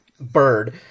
bird